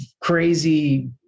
crazy